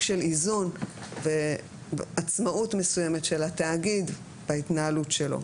של איזון ועצמאות מסוימת של התאגיד בהתנהלות שלו,